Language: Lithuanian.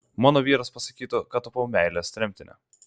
mano vyras pasakytų kad tapau meilės tremtine